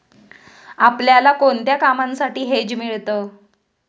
आपल्याला कोणत्या कामांसाठी हेज मिळतं?